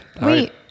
Wait